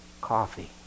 coffee